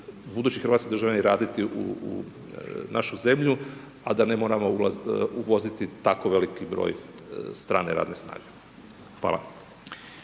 budući hrvatski državljani raditi u našu zemlju, a da ne moramo uvoziti tako veliki broj strane radne snage. Hvala.